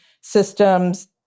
systems